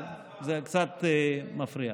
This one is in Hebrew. אבל זה קצת מפריע.